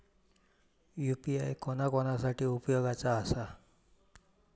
UPI कोणा कोणा साठी उपयोगाचा आसा?